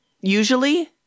usually